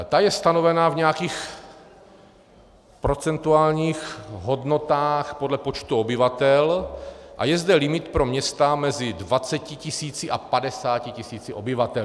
Ta je stanovena v nějakých procentuálních hodnotách podle počtu obyvatel a je zde limit pro města mezi 20 tisíci a 50 tisíci obyvateli.